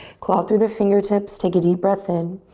claw through the fingertips, take a deep breath in.